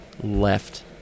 left